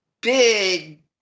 big